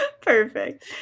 Perfect